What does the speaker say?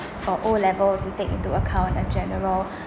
for O levels you take into account a general